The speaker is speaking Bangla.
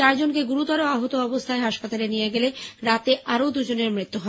চারজনকে গুরুতর আহত অবস্থায় হাসপাতালে নিয়ে গেলে রাতে আরও দুজনের মৃত্যু হয়